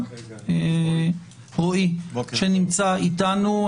לרועי שנמצא איתנו.